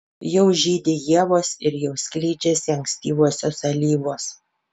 jau žydi ievos ir jau skleidžiasi ankstyvosios alyvos